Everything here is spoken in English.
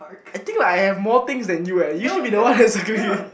I think like I have more things that you eh you should be the one that's circling